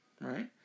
right